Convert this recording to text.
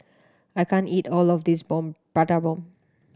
I can't eat all of this bomb Prata Bomb